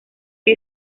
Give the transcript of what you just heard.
que